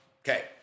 Okay